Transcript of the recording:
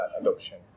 adoption